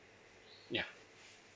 ya